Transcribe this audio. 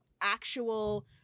actual